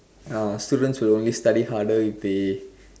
ah students will only study harder if they